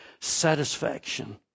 satisfaction